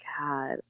God